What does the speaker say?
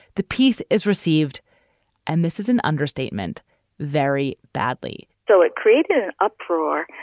the piece is received and this is an understatement very badly so it created an uproar.